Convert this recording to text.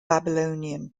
babylonian